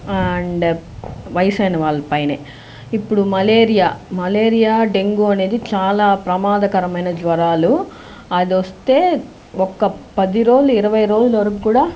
and వయసు అయిన వాళ్ళపైనే ఇప్పుడు మలేరియా మలేరియా డెంగ్యూ అనేది చాలా ప్రమాదకరమైన జ్వరాలు అది వస్తే ఒక పది రోజులు ఇరవై రోజులు వరకు కూడా